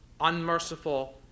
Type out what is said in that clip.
unmerciful